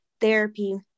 therapy